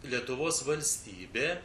lietuvos valstybė